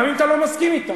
גם אם אתה לא מסכים אתה,